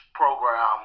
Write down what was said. program